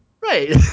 Right